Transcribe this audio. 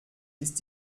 ist